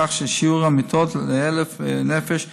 כך ששיעור המיטות ל-1,000 נפש יגדל,